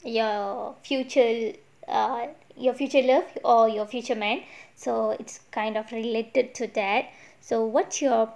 your future err your future love or your future man so it's kind of related to that so what's your